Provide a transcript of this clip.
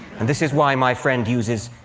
and this is why my friend uses